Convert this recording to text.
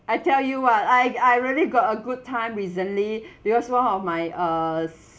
I tell you [what] I I really got a good time recently because one of my uh